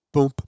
Boom